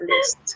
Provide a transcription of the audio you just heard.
list